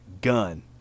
gun